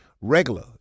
regular